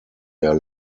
der